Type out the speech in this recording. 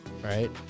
right